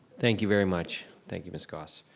thank you very much, thank you miss goss.